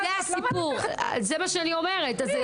זה מה שאני אומרת.